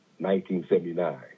1979